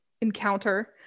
encounter